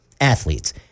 athletes –